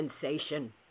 sensation